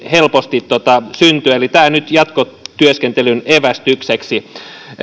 helposti syntyy eli tämä nyt jatkotyöskentelyn evästykseksi